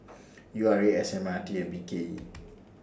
U R A S M R T and B K E